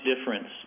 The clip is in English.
difference